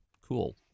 cool